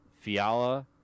Fiala